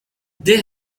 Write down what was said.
they